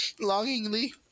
Longingly